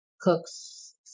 cooks